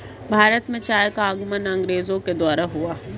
भारत में चाय का आगमन अंग्रेजो के द्वारा हुआ